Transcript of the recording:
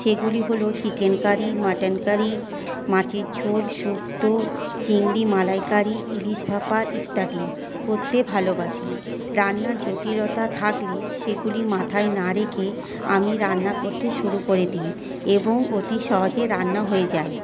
সেগুলি হলো chicken curry mutton curry মাছের ঝোল সুক্তো চিংড়ি মালাইকারি ইলিশ ভাপা ইত্যাদি করতে ভালোবাসি রান্না জটিলতা থাকলে সেগুলি মাথায় না রেখে আমি রান্না করতে শুরু করে দিই এবং অতি সহজে রান্না হয়ে যায়